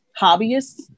hobbyists